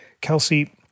Kelsey